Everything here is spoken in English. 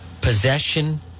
possession